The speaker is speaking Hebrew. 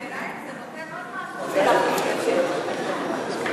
השאלה היא אם זה נותן עוד משהו חוץ מלהחליף את השם.